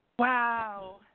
Wow